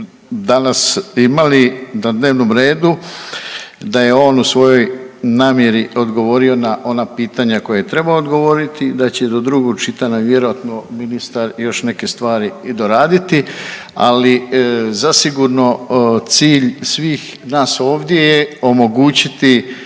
danas imali na dnevnom redu da je on u svojoj namjeri odgovorio na ona pitanja koja je trebao odgovoriti, da će do drugog čitanja vjerojatno ministar još neke stvari i doraditi. Ali zasigurno cilj svih nas ovdje je omogućiti